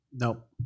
Nope